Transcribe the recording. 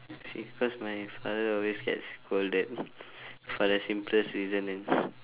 see cause my father always gets scolded for the simplest reason and